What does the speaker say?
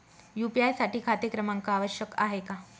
UPI साठी खाते क्रमांक आवश्यक आहे का?